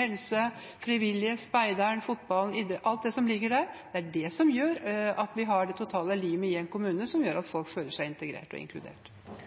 helse, frivillige, speideren, fotballen, idretten – alt det som ligger der – er det som gjør at vi har det totale limet i en kommune, som gjør at folk føler seg integrert og inkludert.